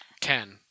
Ten